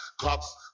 Cops